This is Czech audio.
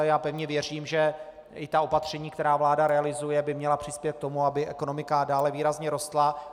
Já pevně věřím, že i ta opatření, která vláda realizuje, by měla přispět k tomu, aby ekonomika dále výrazně rostla.